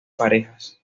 parejas